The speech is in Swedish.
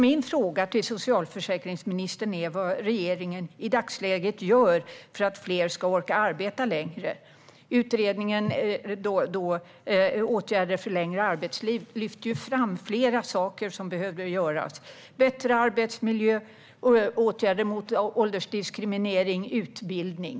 Min fråga till socialförsäkringsministern är vad regeringen i dagsläget gör för att fler ska orka arbeta längre. I utredningsbetänkandet Åtgärder för ett längre arbetsliv lyftes flera saker fram som behövde göras: bättre arbetsmiljö, åtgärder mot åldersdiskriminering och utbildning.